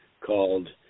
called